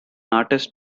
artist